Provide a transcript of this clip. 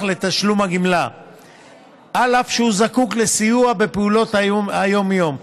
לתשלום הגמלה אף שהוא זקוק לסיוע בפעולות היום-יום.